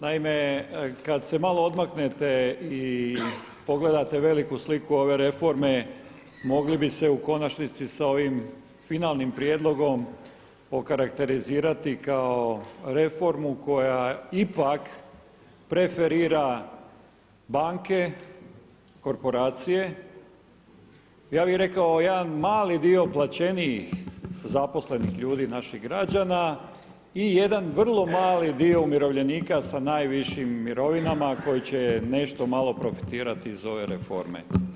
Naime, kada se malo odmaknete i pogledate veliku sliku ove reforme, mogli bi se u konačnici s ovim finalnim prijedlogom okarakterizirati kao reformu koja ipak preferira banke, korporacije, ja bih rekao jedan mali dio plaćenijih zaposlenih ljudi naših građana i jedan vrlo mali dio umirovljenika sa najvišim mirovinama koji će nešto malo profitirati iz ove reforme.